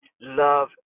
Love